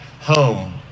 home